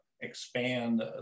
expand